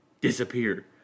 disappear